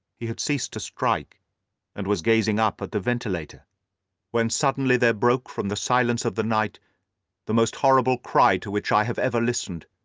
he had ceased to strike and was gazing up at the ventilator when suddenly there broke from the silence of the night the most horrible cry to which i have ever listened.